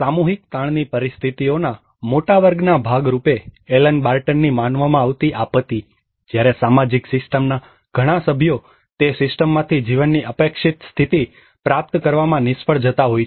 સામૂહિક તાણની પરિસ્થિતિઓના મોટા વર્ગના ભાગ રૂપે એલન બાર્ટનની માનવામાં આવતી આપત્તિ જ્યારે સામાજિક સિસ્ટમના ઘણા સભ્યો તે સિસ્ટમમાંથી જીવનની અપેક્ષિત સ્થિતિ પ્રાપ્ત કરવામાં નિષ્ફળ જતા હોય છે